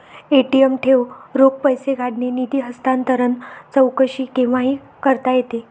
ATM ठेव, रोख पैसे काढणे, निधी हस्तांतरण, चौकशी केव्हाही करता येते